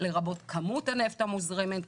לרבות כמות הנפט המוזרמת,